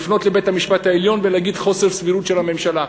לפנות לבית-המשפט העליון ולהגיד: חוסר סבירות של הממשלה.